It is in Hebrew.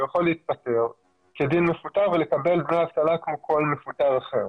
הוא יכול להתפטר כדין מפוטר ולקבל דמי אבטלה כמו כל מפוטר אחר.